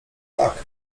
tak